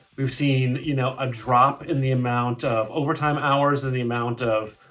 we've seen you know a drop in the amount of overtime hours, and the amount of,